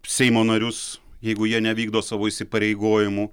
seimo narius jeigu jie nevykdo savo įsipareigojimų